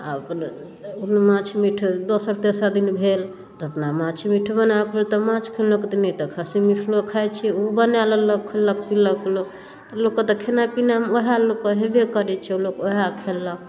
आ अपना ओ माछ मीठ दोसर तेसर दिन भेल तऽ अपना माछ मीठ बनाकऽ तऽ माछ किनलक तऽ नहि तऽ खस्सी मीठट लोक खाइत छै ओहो बनाय लेलक खयलक पिलक लोक लोक कऽ तऽ खेनाइ पिनाइमे ओहे लोक कऽ होयबे करैत छै लोक ओहे खयलक